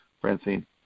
Francine